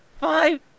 Five